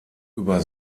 über